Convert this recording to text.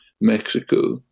Mexico